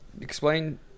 explain